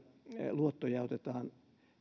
luottoja otetaan